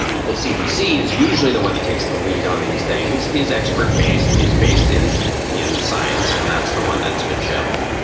the cdc is usually the one that takes the lead on these things, is expert based, is based in in science. and that's the one that's been shelved